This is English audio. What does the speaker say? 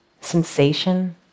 Sensation